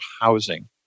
housing